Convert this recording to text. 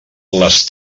les